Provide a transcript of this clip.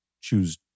choose